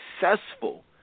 successful